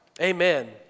Amen